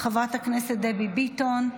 חברת הכנסת דבי ביטון,